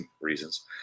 reasons